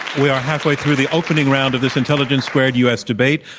we are halfway through the opening round of this intelligence squared u. s. debate.